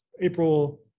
April